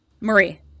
Marie